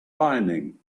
whinnying